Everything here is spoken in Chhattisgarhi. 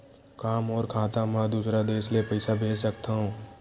का मोर खाता म दूसरा देश ले पईसा भेज सकथव?